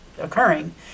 occurring